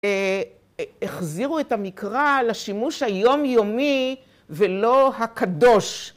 החזירו את המקרא לשימוש היומיומי ולא הקדוש.